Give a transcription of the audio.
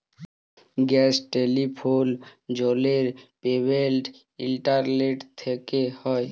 gas, telephone, জলের payment internet থ্যকে হয়